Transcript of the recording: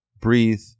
breathe